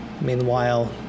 Meanwhile